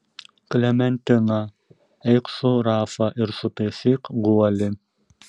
klementina eik su rafa ir sutaisyk guolį